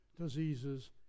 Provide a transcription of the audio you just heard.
diseases